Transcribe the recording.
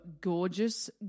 gorgeous